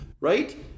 right